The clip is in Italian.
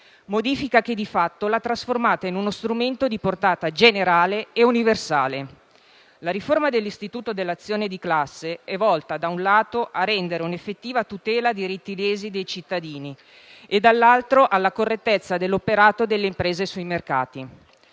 modifica che, di fatto, l'ha trasformata in uno strumento di portata generale ed universale. La riforma dell'istituto dell'azione di classe è volta, da un lato, a rendere un'effettiva tutela a diritti lesi dei cittadini e, dall'altro, alla correttezza dell'operato delle imprese sui mercati.